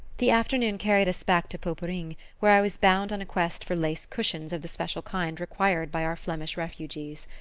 the afternoon carried us back to poperinghe, where i was bound on a quest for lace-cushions of the special kind required by our flemish refugees.